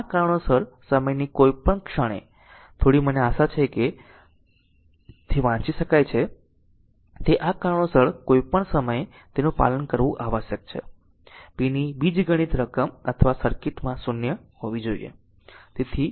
આ કારણોસર સમયની કોઈપણ ક્ષણે થોડી મને આશા છે કે તે તે છે જે તે વાંચી શકાય છે તે આ કારણોસર કોઈપણ સમયે તેનું પાલન કરવું આવશ્યક છે p ની બીજગણિત રકમ અથવા સર્કિટમાં 0 હોવી જોઈએ